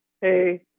Hey